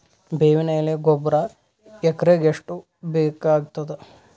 ಬೇವಿನ ಎಲೆ ಗೊಬರಾ ಎಕರೆಗ್ ಎಷ್ಟು ಬೇಕಗತಾದ?